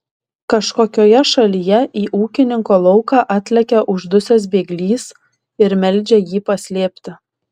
kažkokioje šalyje į ūkininko lauką atlekia uždusęs bėglys ir meldžia jį paslėpti